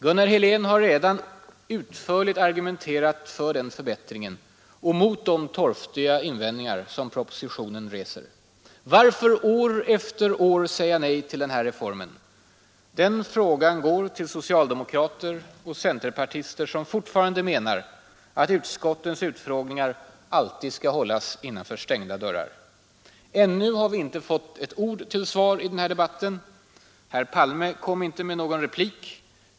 Gunnar Helén har redan utförligt argumenterat för den förbättringen och mot de torftiga invändningar som propositionen reser. Varför år efter år säga nej till den reformen? Den frågan går till socialdemokrater och centerpartister, som fortfarande menar att utskottens utfrågningar alltid skall hållas innanför stängda dörrar. Ännu har vi inte fått ett ord till svar i denna debatt. Herr Palme kom inte med någon replik.